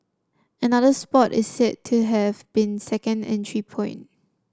another spot is said to have been a second entry point